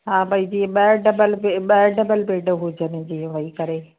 हा भाई जीअं ॿ डबल ॿ डबल बेड हुजनि जीअं वेही करे